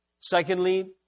Secondly